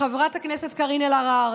לחברת הכנסת קארין אלהרר,